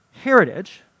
heritage